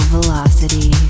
Velocity